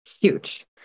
Huge